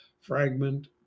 fragment